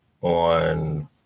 on